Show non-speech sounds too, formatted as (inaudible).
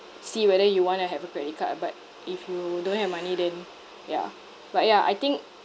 see whether you want to have a credit card ah but if you don't have money then ya but ya I think (noise)